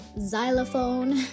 xylophone